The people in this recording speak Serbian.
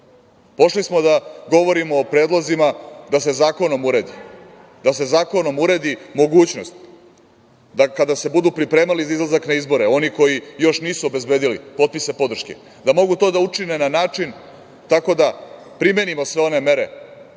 da se zakonom uredi, da se zakonom uredi mogućnost da kada se budu pripremali za izlazak na izbore, oni koji još nisu obezbedili potpisa podrške, da mogu to da učine na način, tako da primenimo sve one mere